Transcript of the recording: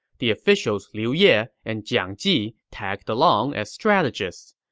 the officials liu ye and jiang ji tagged along as strategists.